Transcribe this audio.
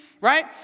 right